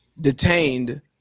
detained